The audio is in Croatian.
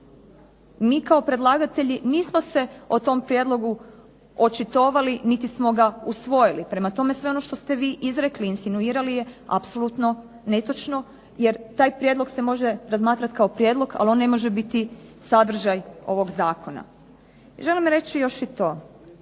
Mi kao predlagatelji nismo se o tom prijedlogu očitovali niti smo ga usvojili. Prema tome, sve ono što ste vi izrekli i insinuirali je apsolutno netočno, jer taj prijedlog se može razmatrati kao prijedlog, ali on ne može biti sadržaj ovo zakona. Želim reći još i to